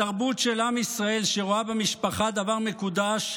התרבות של עם ישראל, שרואה במשפחה דבר מקודש,